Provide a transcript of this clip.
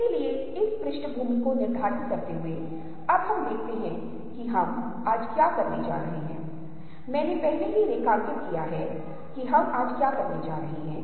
इसलिए जो भी आप इंद्रियों के माध्यम से अनुभव करते हैं प्राप्त करना एकत्र करना कब्ज़ा लेने की क्रिया मन या इंद्रियों के साथ आशंका भी शामिल है